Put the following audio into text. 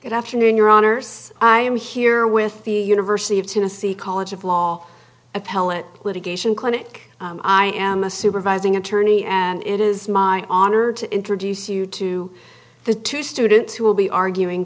good afternoon your honor i am here with the university of tennessee college of law appellate litigation clinic i am a supervising attorney and it is my honor to introduce you to the two students who will be arguing